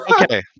Okay